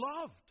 loved